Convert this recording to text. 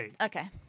Okay